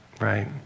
right